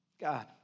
God